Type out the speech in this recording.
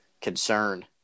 concern